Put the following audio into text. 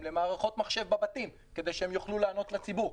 למערכות מחשב בבתים כדי שהם יוכלו לענות לציבור,